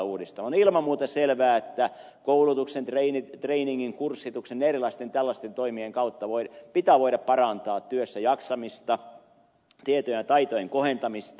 on ilman muuta selvää että koulutuksen trainingin kurssituksen erilaisten tällaisten toimien kautta pitää voida parantaa työssä jaksamista tietojen ja taitojen kohentamista